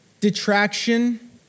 detraction